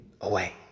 away